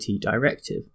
directive